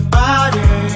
body